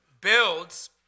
builds